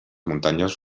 muntanyes